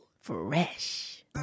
Fresh